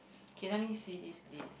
okay let me see this list